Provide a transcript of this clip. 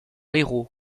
héros